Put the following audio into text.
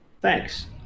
Thanks